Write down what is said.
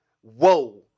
whoa